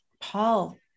Paul